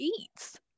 eats